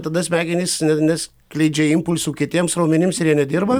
tada smegenys ne nes kleidžia impulsų kitiems raumenims ir jie nedirba